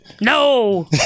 No